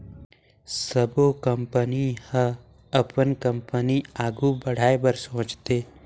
सबो कंपनी ह अपन कंपनी आघु बढ़ाए बर सोचथे